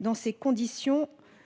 Dans ces conditions,